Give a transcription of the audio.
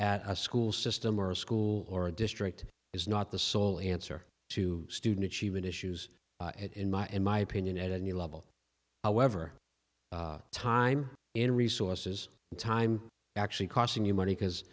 at a school system or a school or a district is not the sole answer to student achievement issues in my in my opinion at a new level however time in resources and time actually costing you money because